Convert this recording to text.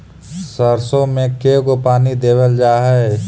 सरसों में के गो पानी देबल जा है?